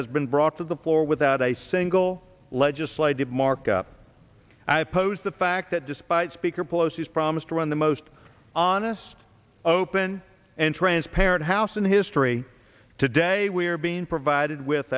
has been brought to the floor without a single legislative markup i pose the fact that despite speaker pelosi is promised to run the most honest open and transparent house in history today we're being provided with